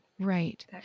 Right